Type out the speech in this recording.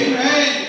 Amen